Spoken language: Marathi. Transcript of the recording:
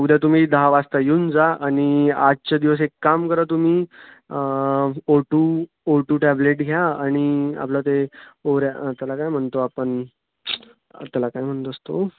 उद्या तुम्ही दहा वाजता येऊन जा आणि आजच्या दिवस एक काम करा तुम्ही O two O two tablet घ्या आणि आपलं ते ओऱ्या त्याला काय म्हणतो आपण त्याला काय म्हणत असतो